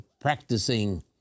practicing